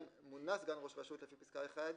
מונה סגן ראש רשות לפי פסקה (1),